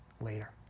later